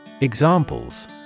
Examples